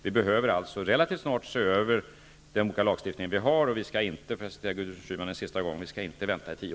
Vi behöver alltså relativt snart se över lagstiftningen, och vi skall inte vänta i tio år på detta.